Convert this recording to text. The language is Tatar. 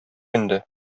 инде